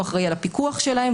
הוא אחראי על הפיקוח שלהם,